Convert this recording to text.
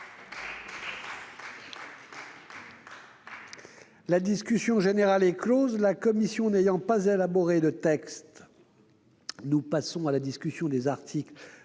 La discussion générale est close. La commission n'ayant pas élaboré de texte, nous passons à la discussion de l'article